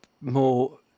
more